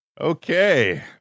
Okay